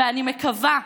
אני מקווה,